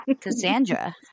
Cassandra